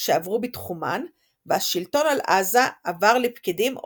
שעברו בתחומן והשלטון על עזה עבר לפקידים עות'מאנים.